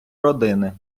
родини